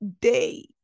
day